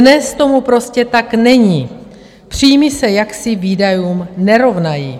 Dnes tomu prostě tak není, příjmy se jaksi výdajům nerovnají.